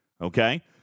okay